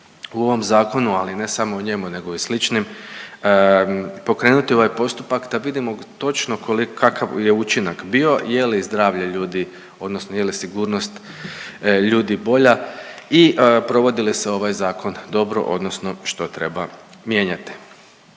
u ovom zakonu ali ne samo u njemu nego i sličnim, pokrenuti ovaj postupak da vidimo točno koliko, kakav je učinak bio, je li zdravlje ljudi odnosno je li sigurnost ljudi bolja i provodi li se ovaj zakon dobro odnosno što treba mijenjati.